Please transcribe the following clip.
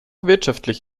wirtschaftlich